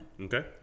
Okay